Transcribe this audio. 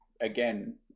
again